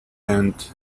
end